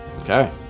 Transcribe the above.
okay